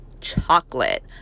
chocolate